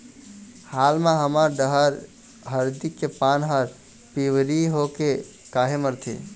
हाल मा हमर डहर हरदी के पान हर पिवरी होके काहे मरथे?